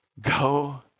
Go